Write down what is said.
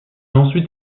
ensuite